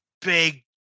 big